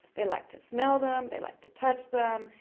they like to smell them, they like to touch them,